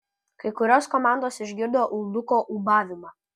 kai kurios komandos išgirdo ulduko ūbavimą